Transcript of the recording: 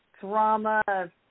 drama